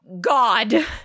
God